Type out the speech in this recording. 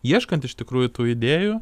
ieškant iš tikrųjų tų idėjų